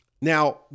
Now